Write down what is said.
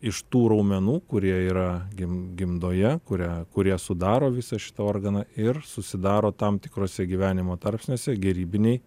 iš tų raumenų kurie yra gim gimdoje kurią kurie sudaro visą šitą organą ir susidaro tam tikrose gyvenimo tarpsniuose gerybiniai